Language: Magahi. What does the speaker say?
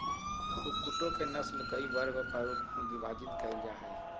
कुक्कुटों के नस्ल कई वर्ग और प्ररूपों में विभाजित कैल जा हइ